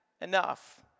enough